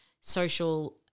social